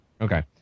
Okay